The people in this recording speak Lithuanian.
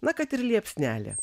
na kad ir liepsnelė